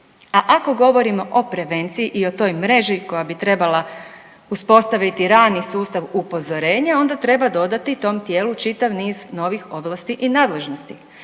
A ako govorimo o prevenciji i o toj mreži koja bi trebala uspostaviti rani sustav upozorenja, onda treba dodati tom tijelu čitav niz novih ovlasti i nadležnosti.